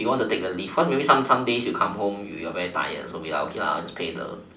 do you want to take the lift cause maybe some days when you come home you're very tired so you're like okay maybe I'll just pay the